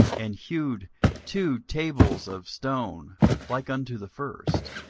and hewed two tables of stone like unto the first,